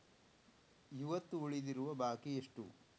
ಇವತ್ತು ಉಳಿದಿರುವ ಬಾಕಿ ಎಷ್ಟು?